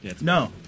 No